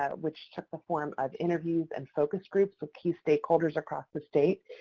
ah which took the form of interviews and focus groups with key stakeholders across the state,